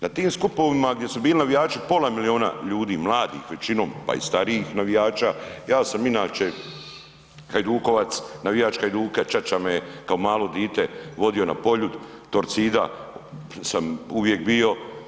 Na tim skupovima gdje su bili navijači, pola miliona ljudi, mladih većinom, pa i starijih navijača, ja sam inače hajdukovac, navijač Hajduka, čača me kao malo dite vodio na Poljud, Torcida sam uvijek bio.